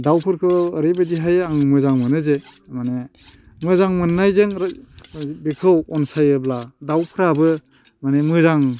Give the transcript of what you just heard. दाउफोरखौ ओरैबायदिहाय आं मोजां मोनोजे माने मोजां मोननायजों बेखौ अनसायोब्ला दाउफ्राबो मानि मोजां